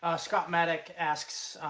scott maddock asks,